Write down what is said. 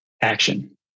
action